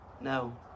No